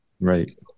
Right